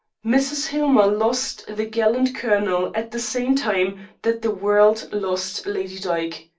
mrs. hillmer lost the gallant colonel at the same time that the world lost lady dyke.